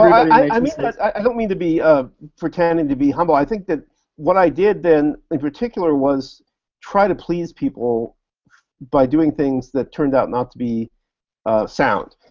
i mean i don't mean to be ah pretending to be humble. i think that what i did then in particular was try to please people by doing things that turned out not to be sound,